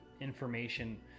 information